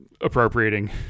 appropriating